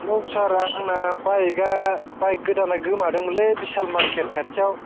hello sir आंना बाइकया bike गोदाना गोमादोंमोनलै बिसाल मार्केथ खाथियाव